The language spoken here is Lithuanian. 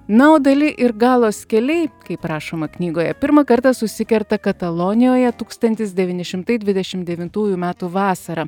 na o dali ir galos keliai kaip rašoma knygoje pirmą kartą susikerta katalonijoje tūkstantis devyni šimtai dvidešimt devintųjų metų vasarą